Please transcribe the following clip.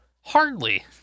Hardly